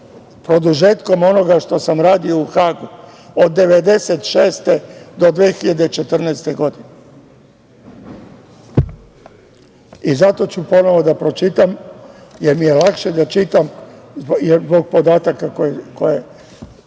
produžetkom onoga što sam radio u Hagu od 1996. do 2014. godine. Zato ću ponovo da pročitam, jer mi je lakše da čitam, zbog podataka koji